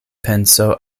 penso